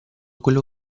quello